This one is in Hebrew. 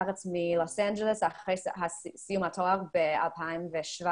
בחודש יוני לאבא שלי היה דימום מוחי והוא אושפז